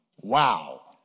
Wow